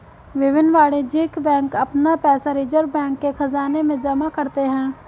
विभिन्न वाणिज्यिक बैंक अपना पैसा रिज़र्व बैंक के ख़ज़ाने में जमा करते हैं